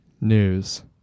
News